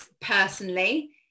personally